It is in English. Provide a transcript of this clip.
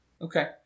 Okay